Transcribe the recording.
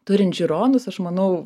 turint žiūronus aš manau